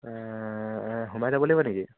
সোমাই যাব লাগিব নেকি